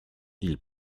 ils